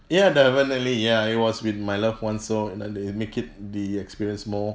ya definitely ya it was with my loved ones so you know they make it the experience more